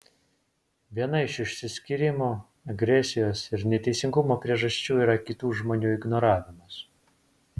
viena iš išsiskyrimo agresijos ir neteisingumo priežasčių yra kitų žmonių ignoravimas